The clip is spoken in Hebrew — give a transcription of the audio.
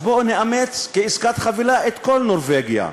אז בואו נאמץ כעסקת חבילה את כל נורבגיה.